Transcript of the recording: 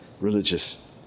religious